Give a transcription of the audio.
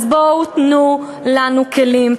אז בואו תנו לנו כלים.